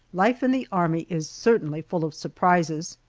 life in the army is certainly full of surprises!